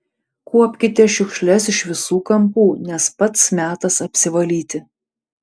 kuopkite šiukšles iš visų kampų nes pats metas apsivalyti